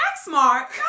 smart